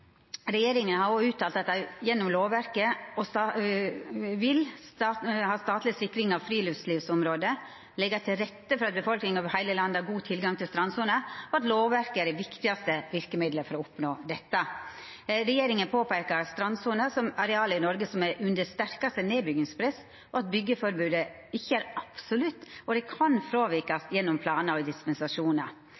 Regjeringa har òg uttalt at dei gjennom lovverket vil ha statleg sikring av friluftslivområde, leggja til rette for at befolkninga over heile landet har god tilgang til strandsona, og at lovverket er det viktigaste verkemiddelet for å oppnå dette. Regjeringa påpeikar at strandsona er det arealet i Noreg som er under det sterkaste nedbyggingspresset, at byggjeforbodet ikkje er absolutt, og at det kan